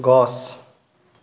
গছ